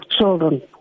children